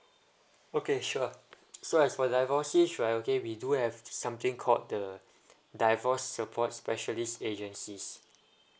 okay sure so as for divorcees right okay we do have something called the divorce support specialist agencies